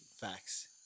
facts